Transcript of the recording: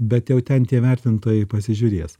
bet jau ten tie vertintojai pasižiūrės